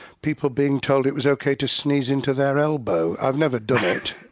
people being told it was okay to sneeze into their elbow! i've never done it,